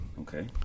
Okay